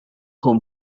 home